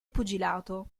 pugilato